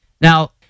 Now